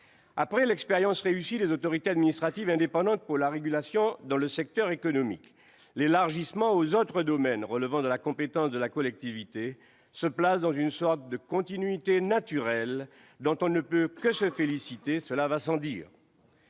Après l'expérience réussie des autorités administratives indépendantes pour la régulation dans le secteur économique, l'élargissement aux autres domaines relevant de la compétence de la collectivité se place dans une sorte de continuité naturelle dont on ne peut que se féliciter, cela va sans dire.